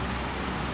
ya